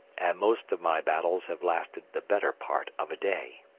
and most of my battles have lasted the better part of a day.